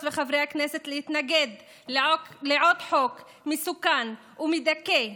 וחברי הכנסת להתנגד לעוד חוק מסוכן ומדכא.